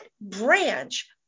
branch